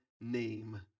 name